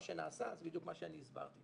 מה שנעשה זה בדיוק מה שאני הסברתי.